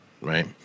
right